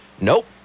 Nope